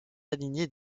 alignés